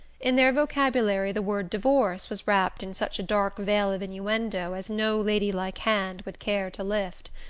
in their vocabulary the word divorce was wrapped in such a dark veil of innuendo as no ladylike hand would care to lift.